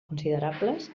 considerables